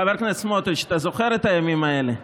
חבר הכנסת סמוטריץ', אתה זוכר את הימים האלה.